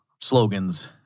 slogans